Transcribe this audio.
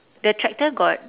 the tractor got